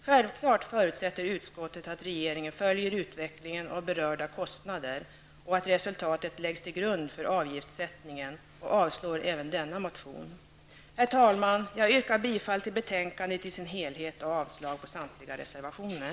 Självklart förutsätter utskottet att regeringen följer utvecklingen av berörda kostnader och att resultatet läggs till grund för avgiftssättningen. Utskottet avstyrker även denna motion. Jag yrkar bifall till utskottets hemställan i dess helhet och avslag på samtliga reservationer.